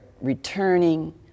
returning